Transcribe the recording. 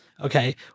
Okay